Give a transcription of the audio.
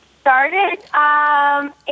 started